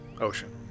ocean